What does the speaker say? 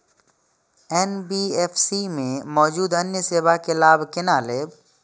NBFC में मौजूद अन्य सेवा के लाभ केना लैब?